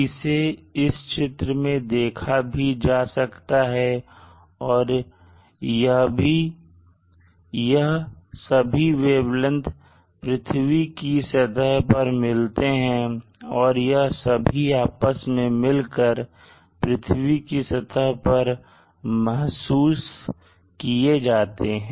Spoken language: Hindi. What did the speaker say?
इसे इस चित्र में देखा भी जा सकता है और यह सभी वेवलेंथ पृथ्वी की सतह पर मिलते हैं और यह सभी आपस में मिलकर पृथ्वी की सतह पर महसूस किए जाते हैं